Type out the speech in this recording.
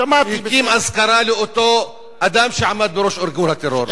הקים אזכרה לאותו אדם שעמד בראש ארגון הטרור.